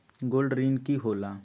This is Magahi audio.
गोल्ड ऋण की होला?